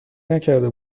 نکرده